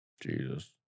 Jesus